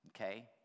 Okay